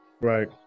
right